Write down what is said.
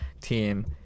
team